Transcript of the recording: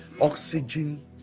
oxygen